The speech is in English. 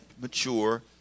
mature